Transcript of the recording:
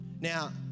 Now